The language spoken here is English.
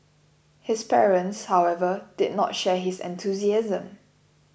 his parents however did not share his enthusiasm